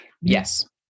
yes